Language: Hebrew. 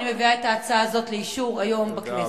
מביאה היום את ההצעה הזו לאישור הכנסת.